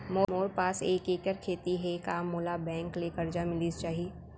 मोर पास एक एक्कड़ खेती हे का मोला बैंक ले करजा मिलिस जाही?